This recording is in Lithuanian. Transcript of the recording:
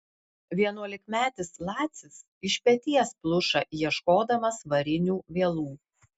vienuolikmetis lacis iš peties pluša ieškodamas varinių vielų